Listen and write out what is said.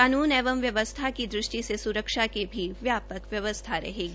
कानून एवं व्यवस्था की दृष्टि से सुरक्षा की भी व्यापक व्यापक रहेगी